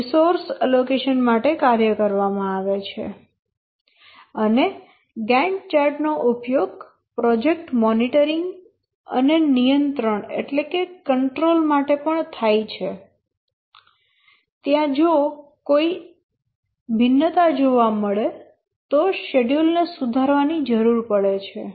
અને ગેન્ટ ચાર્ટનો ઉપયોગ પ્રોજેક્ટ મોનિટરિંગ અને નિયંત્રણ માટે પણ થાય છે જ્યાં જો ત્યાં કોઈ ભિન્નતા જોવા મળે તો શેડ્યૂલ ને સુધારવાની જરૂર પડે છે